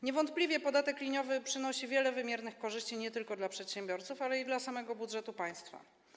Niewątpliwie podatek liniowy przynosi wiele wymiernych korzyści nie tylko dla przedsiębiorców, ale i dla samego budżetu państwa.